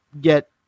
get